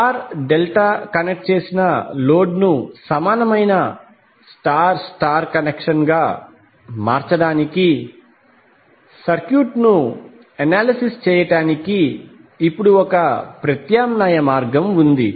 star delta connect చేసిన load ను సమానమైన స్టార్ స్టార్ కనెక్షన్ గా మార్చడానికి సర్క్యూట్ను అనాలిసిస్ చేయడానికి ఇప్పుడు ప్రత్యామ్నాయ మార్గం ఉంది